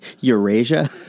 Eurasia